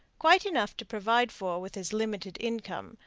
quite enough to provide for with his limited income,